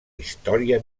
història